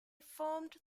formed